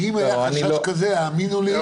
אם היה חשש כזה אז כל